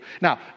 Now